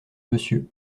monsieur